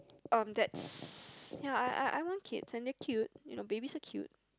um that's ya I I I want kids and they're cute you know babies are cute